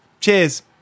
Cheers